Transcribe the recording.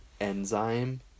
enzyme